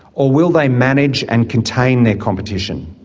or will they manage and contain their competition?